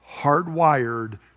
hardwired